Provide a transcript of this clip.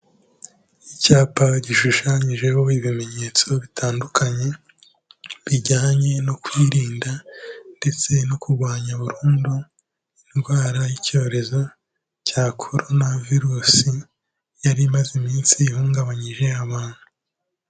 Icyapa gishushanyijeho ibimenyetso bitandukanye, bijyanye no kwirinda ndetse no kurwanya burundu indwara y'icyorezo cya Korona Virusi yari imaze iminsi ihungabanyije abantu.